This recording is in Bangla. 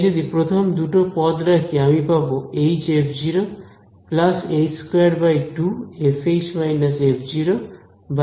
তাই যদি প্রথম দুটো পদ রাখি আমি পাব hf h2 2 f − f h